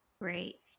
Great